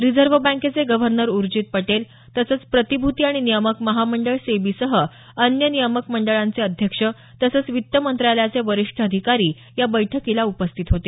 reserve बँकेचे governor Urjit Patel तसंच प्रतिभूती आणि नियामक महामंडळ सेबीसह अन्य नियामक मंडळांचे अध्यक्ष तसंच वित्त मंत्रालयाचे वरिष्ठ अधिकारी या बैठकीला उपस्थित होते